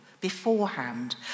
beforehand